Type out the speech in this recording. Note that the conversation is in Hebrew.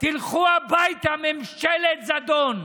תלכו הביתה, ממשלת זדון.